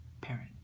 parent